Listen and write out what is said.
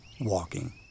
WALKING